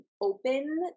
open